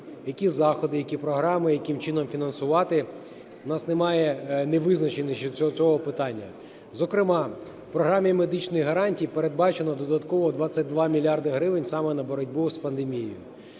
які заходи, які програми яким чином фінансувати. У нас немає невизначеності з цього питання. Зокрема, в Програмі медичних гарантій передбачено додатково 22 мільярди гривень саме на боротьбу з пандемією.